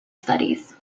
studies